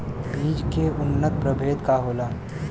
बीज के उन्नत प्रभेद का होला?